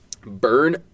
Burn